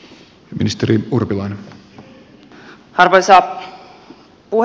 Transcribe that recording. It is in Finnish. arvoisa puhemies